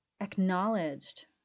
acknowledged